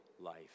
Life